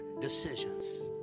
decisions